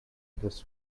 this